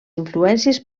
influències